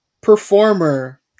performer